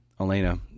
Elena